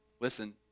Listen